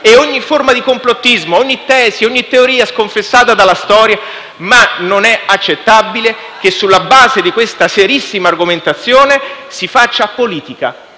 e ogni forma di complottismo, ogni tesi, ogni teoria sconfessata dalla storia. Non è accettabile che sulla base di questa serissima argomentazione si faccia politica